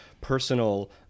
personal